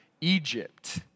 Egypt